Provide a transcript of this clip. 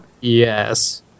Yes